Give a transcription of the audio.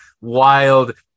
wild